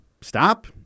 stop